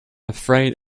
afraid